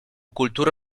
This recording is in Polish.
kulturę